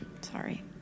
sorry